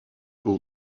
aux